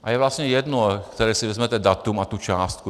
A je vlastně jedno, které si vezmete datum a tu částku.